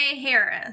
Harris